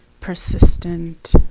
persistent